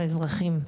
לאזרחים,